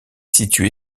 situé